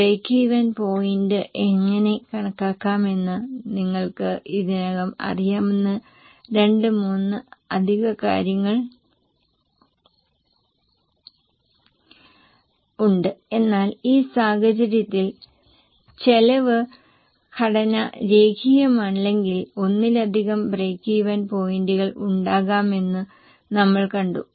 break even point എങ്ങനെ കണക്കാക്കാമെന്ന് നിങ്ങൾക്ക് ഇതിനകം അറിയാമായിരുന്ന രണ്ട് മൂന്ന് അധിക കാര്യങ്ങളുണ്ട് എന്നാൽ ഈ സാഹചര്യത്തിൽ ചെലവ് ഘടന രേഖീയമല്ലെങ്കിൽ ഒന്നിലധികം ബ്രേക്ക് ഈവൻ പോയിന്റുകൾ ഉണ്ടാകാമെന്ന് നമ്മൾ കണ്ടു